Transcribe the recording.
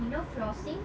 you know flossing